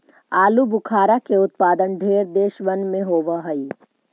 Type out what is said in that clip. आलूबुखारा के उत्पादन ढेर देशबन में होब हई